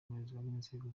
n’inzego